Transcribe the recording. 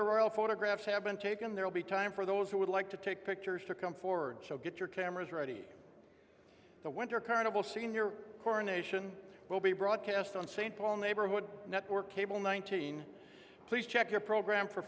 the royal photographs have been taken there will be time for those who would like to take pictures to come forward so get your cameras ready for the winter carnival scene your coronation will be broadcast on st paul neighborhood network cable nineteen please check your program for